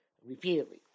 repeatedly